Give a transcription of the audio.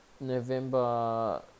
November